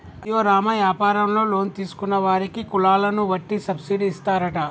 అయ్యో రామ యాపారంలో లోన్ తీసుకున్న వారికి కులాలను వట్టి సబ్బిడి ఇస్తారట